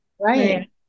Right